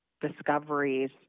discoveries